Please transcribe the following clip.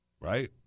right